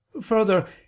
Further